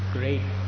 great